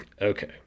okay